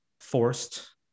forced